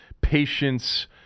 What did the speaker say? patience